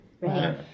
right